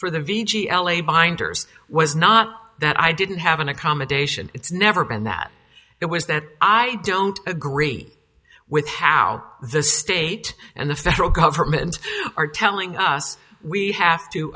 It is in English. for the v g l a binders was not that i didn't have an accommodation it's never been that it was that i don't agree with how the state and the federal government are telling us we have to